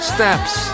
Steps